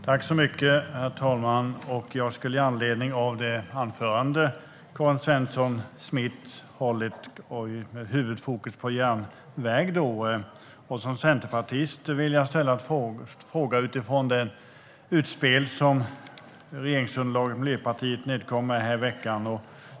Herr talman! Med anledning av Karin Svensson Smiths anförande och med huvudfokus på järnväg skulle jag vilja ställa en fråga utifrån det utspel som regeringsunderlaget Miljöpartiet gjorde i veckan.